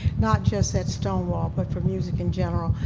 not just at stonewall but for music in general.